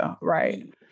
Right